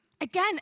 Again